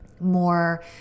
more